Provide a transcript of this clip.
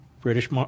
British